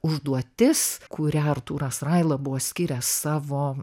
užduotis kūrią artūras raila buvo skyręs savo